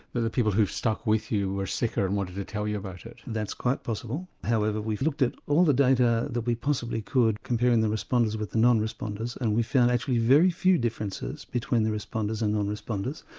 the the people who stuck with you were sicker and wanted to tell you about it? that's quite possible however we've looked at all the data that we possibly could, comparing the responders with the non-responders and we found actually very few differences between the responders and non-responders.